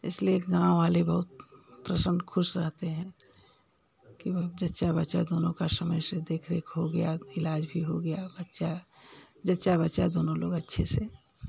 इसलिए गाँव वाले बहुत प्रशन्न खुश रहते हैं कि अव जच्चा बच्चा दोनों का समय से देखरेख हो गया इलाज़ भी हो गया बच्चा जच्चा बच्चा दोनों लोग अच्छे से